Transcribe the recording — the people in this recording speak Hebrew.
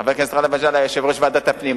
חבר הכנסת גאלב מג'אדלה היה יושב-ראש ועדת הפנים,